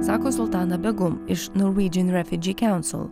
sako sultana begum iš norwegian refugee council